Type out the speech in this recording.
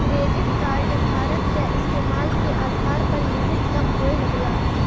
credit card धारक क इस्तेमाल के आधार पर लिमिट कम होये लगला